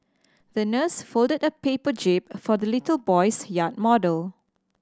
the nurse folded a paper jib for the little boy's yacht model